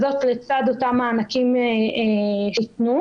שאין לנו מקום להתערב כי זה לא תחת אחריותנו.